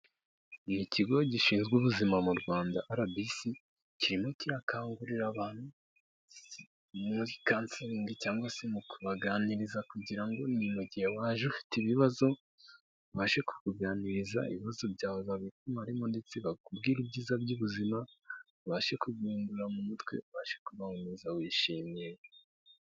Ni ikigo gishinzwe ubuzima mu rwanda arabisi kirimo kirakangurira abantu muri kanseringi cyangwa se mu kubaganiriza kugirango ni mu gihe waje uhate ibibazo, ubashe kukuganiriza ibibazo byawe babikumaremo ndetse bakubwire ibyiza by'ubuzima ubashe kuguhindura mu mutwe ubashe kubaho neza wishimye.